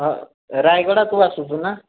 ହଁ ରାୟଗଡ଼ା ତୁ ଆସୁଛୁ ନା